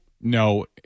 No